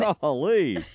Golly